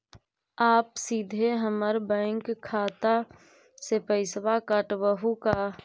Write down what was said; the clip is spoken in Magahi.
आप सीधे हमर बैंक खाता से पैसवा काटवहु का?